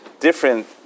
different